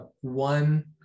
One